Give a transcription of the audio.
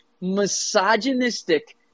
misogynistic